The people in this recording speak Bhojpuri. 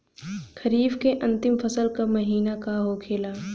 खरीफ के अंतिम फसल का महीना का होखेला?